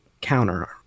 counter